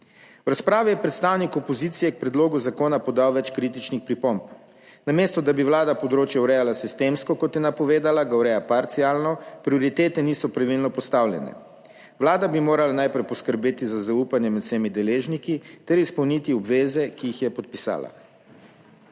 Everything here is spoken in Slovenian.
V razpravi je predstavnik opozicije k predlogu zakona podal več kritičnih pripomb, namesto, da bi Vlada področje urejala sistemsko, kot je napovedala, ga ureja parcialno, prioritete niso pravilno postavljene. Vlada bi morala najprej poskrbeti za zaupanje med vsemi deležniki ter izpolniti obveze, ki jih je podpisala.